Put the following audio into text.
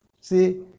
See